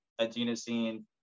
adenosine